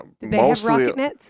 mostly